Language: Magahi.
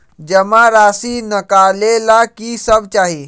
जमा राशि नकालेला कि सब चाहि?